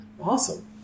Awesome